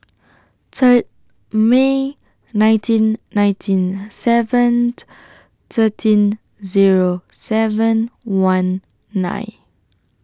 Third May nineteen ninety seven thirteen Zero seven one nine